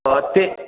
कतेक